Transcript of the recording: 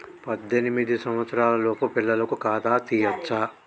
పద్దెనిమిది సంవత్సరాలలోపు పిల్లలకు ఖాతా తీయచ్చా?